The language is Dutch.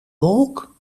wolk